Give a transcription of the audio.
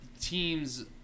teams